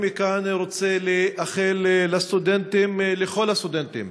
מכאן אני רוצה לאחל לכל הסטודנטים